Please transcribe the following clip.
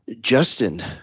Justin